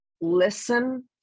Listen